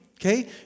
okay